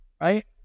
Right